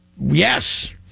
Yes